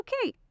okay